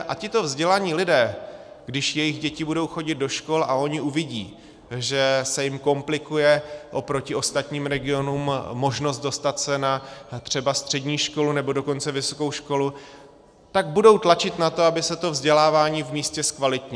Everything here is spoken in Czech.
A tito vzdělaní lidé, když jejich děti budou chodit do škol a oni uvidí, že se jim komplikuje oproti ostatním regionům možnost dostat se třeba na střední školu, nebo dokonce vysokou školu, tak budou tlačit na to, aby se to vzdělávání v místě zkvalitnilo.